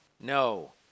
No